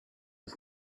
was